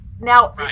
Now